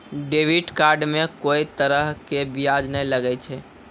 debit card मे कोई तरह के ब्याज नाय लागै छै